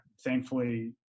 thankfully